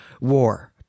war